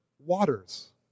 Waters